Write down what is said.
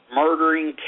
murdering